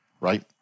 right